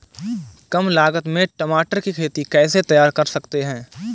कम लागत में टमाटर की खेती कैसे तैयार कर सकते हैं?